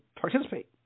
participate